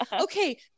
Okay